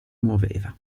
muoveva